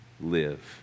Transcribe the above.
live